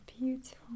beautiful